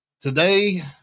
today